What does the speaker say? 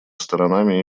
сторонами